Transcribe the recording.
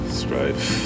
strife